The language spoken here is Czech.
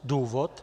Důvod?